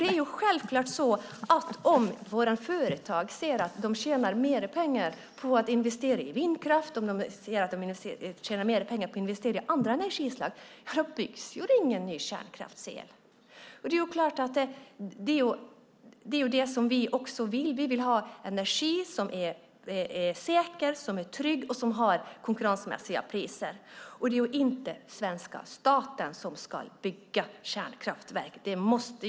Det är självklart så att om våra företag ser att de tjänar mer pengar på att investera i vindkraft och andra energislag, då byggs ju ingen ny kärnkraftsel. Det är klart att det är det vi också vill. Vi vill ha energi som är säker och trygg och som har konkurrensmässiga priser, och det är inte svenska staten som ska bygga kärnkraftverk.